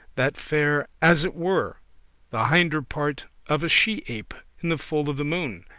that fare as it were the hinder part of a she-ape in the full of the moon.